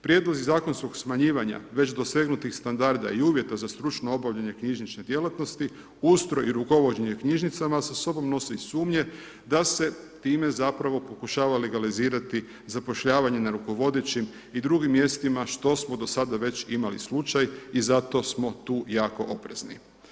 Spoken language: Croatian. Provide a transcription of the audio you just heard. Prijedlozi zakonskog smanjivanja već dosegnutih standarda i uvjeta za stručno obavljanje knjižnične djelatnosti, ustroj i rukovođenje knjižnicama sa sobom nosi i sumnje da se time zapravo pokušava legalizirati zapošljavanje na rukovodećim i drugim mjestima, što smo do sada već imali slučaj i zato smo tu jako oprezni.